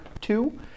two